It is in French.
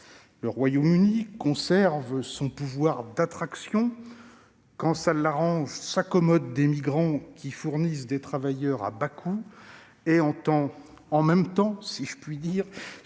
Le Royaume-Uni conserve son pouvoir d'attraction. Quand cela l'arrange, il s'accommode des migrants, qui fournissent des travailleurs à bas coût. Dans le même temps, il se prémunit